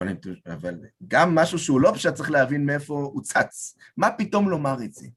אבל גם משהו שהוא לא פשט צריך להבין מאיפה הוא צץ, מה פתאום לומר את זה?